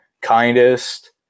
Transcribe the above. kindest